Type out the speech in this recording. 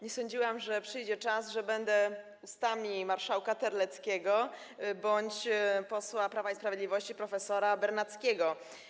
Nie sądziłam, że przyjdzie czas, że będę ustami marszałka Terleckiego bądź posła Prawa i Sprawiedliwości prof. Bernackiego.